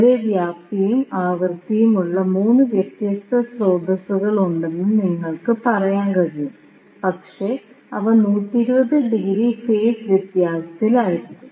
ഒരേ വ്യാപ്തിയും ആവൃത്തിയും ഉള്ള 3 വ്യത്യസ്ത സ്രോതസ്സുകളുണ്ടെന്ന് നിങ്ങൾക്ക് പറയാൻ കഴിയും പക്ഷേ അവ 120 ഡിഗ്രി ഫേസ് വ്യത്യാസത്തിൽ ആയിരിക്കും